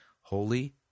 holy